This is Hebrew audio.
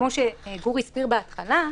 כפי שגור הסביר בהתחלה,